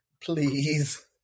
Please